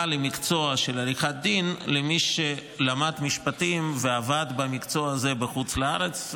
למקצוע של עריכת דין למי שלמד משפטים ועבד במקצוע הזה בחוץ לארץ.